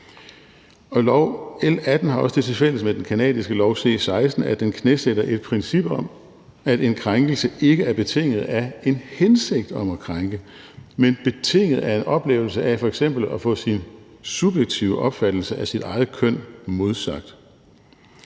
L 18 har også det tilfælles med den canadiske lov C 16, at den knæsætter et princip om, at en krænkelse ikke er betinget af en hensigt om at krænke, men betinget af en oplevelse af f.eks. at få sin subjektive opfattelse af sit eget køn modsagt.